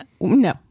No